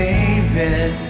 David